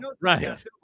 Right